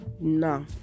No